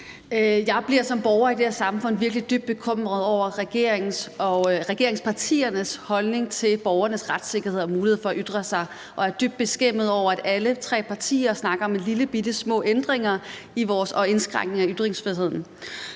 Jeg bliver som borger i det her samfund virkelig dybt bekymret over regeringens og regeringspartiernes holdning til borgernes retssikkerhed og mulighed for at ytre sig, og jeg er dybt beskæmmet over, at alle tre partier snakker om bittesmå ændringer og indskrænkninger i ytringsfriheden.